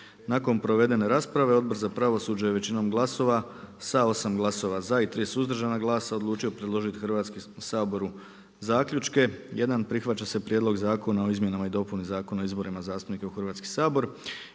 Nakon provedene rasprave Odbor za pravosuđe je većinom glasova sa 8 glasova za i 3 suzdržana glasa odlučio predložiti Hrvatskom saboru zaključke. 1. Prihvaća se Prijedlog zakona o izmjenama i dopuni Zakona o izborima zastupnika u Hrvatski sabor.